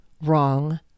wrong